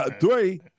Three